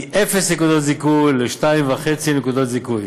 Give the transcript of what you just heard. מ-0 נקודות זיכוי ל-2.5 נקודות זיכוי.